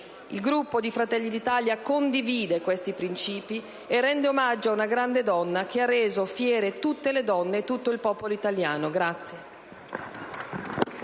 Il Gruppo Fratelli d'Italia condivide questi principi e rende omaggio a una grande donna che ha reso fiere tutte le donne e tutto il popolo italiano.